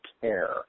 care